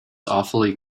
awfully